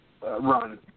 run